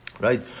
right